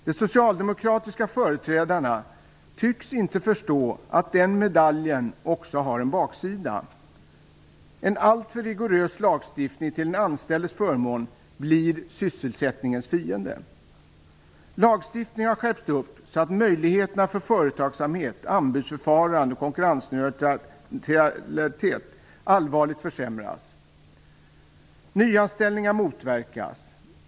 De socialdemokratiska företrädarna tycks inte förstå att den medaljen också har en baksida. En alltför rigorös lagstiftning till den anställdes förmån blir sysselsättningens fiende. Lagstiftningen har skärpts så att möjligheterna för företagsamhet, anbudsförfarande och konkurrensneutralitet allvarligt försämras. Nyanställningar motverkas.